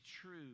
true